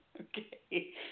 Okay